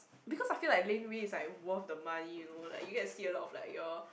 because I feel like Laneway is like worth the money you know like you get to see a lot of like your